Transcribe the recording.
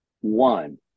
One